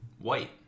white